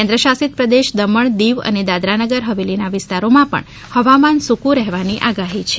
કેન્દ્ર શાસિત પ્રદેશ દમણ દીવ અને દાદરા નાગર હવેલીના વિસ્તારોમાં પણ હવામાન સૂકું રહેવાની આગાહી છે